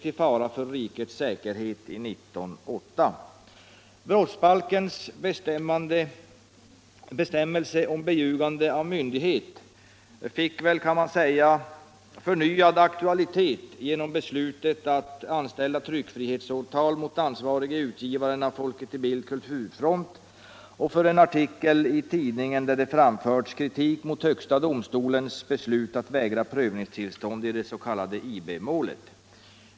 Brottsbalkens bestämmelse om beljugande av myndighet fick, kan man väl säga, förnyad aktualitet genom beslutet att väcka tryckfrihetsåtal mot ansvarige utgivaren av Folket i Bild kulturfront för en artikel i tidningen där det framförts kritik mot högsta domstolens beslut att vägra prövningstillstånd i det s.k. IB-målet.